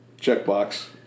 checkbox